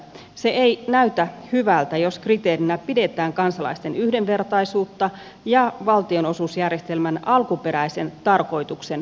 se ei näytä hyvältä jos kriteerinä pidetään kansalaisten yhdenvertaisuutta ja valtionosuusjärjestelmän alkuperäisen tarkoituksen kunnioittamista